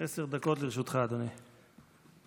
תעצרו את ההצבעה, נתחיל הידברות ב-18:00.